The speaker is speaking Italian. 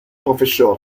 prof